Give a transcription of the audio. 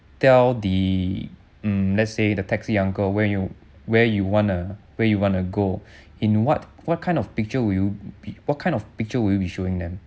tell the hmm let's say the taxi uncle where you where you wanna where you wanna go in what what kind of picture will you be what kind of picture will you be showing them